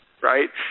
right